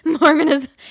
Mormonism